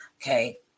Okay